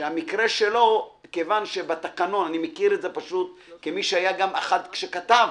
אני מכיר את זה כמי שכתב